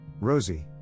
Rosie